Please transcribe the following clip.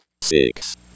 six